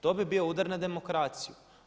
To bi bio udar na demokraciju.